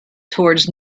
towards